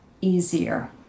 easier